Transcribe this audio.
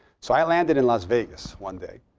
so i landed in las vegas one day.